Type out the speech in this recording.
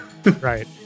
Right